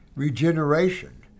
regeneration